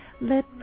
let